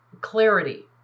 clarity